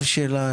של השר אלקין.